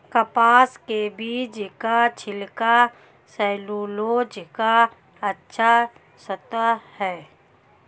कपास के बीज का छिलका सैलूलोज का अच्छा स्रोत है